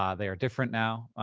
um they are different now.